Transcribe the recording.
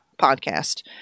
Podcast